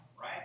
Right